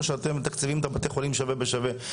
שאתם מתקצבים את בתי החולים שווה בשווה,